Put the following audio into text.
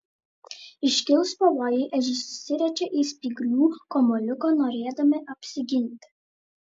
iškilus pavojui ežiai susiriečia į spyglių kamuoliuką norėdami apsiginti